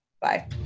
bye